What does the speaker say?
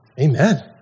amen